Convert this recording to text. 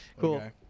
cool